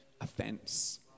offense